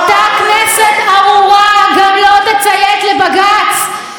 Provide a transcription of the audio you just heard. אותה כנסת ארורה גם לא תציית לבג"ץ.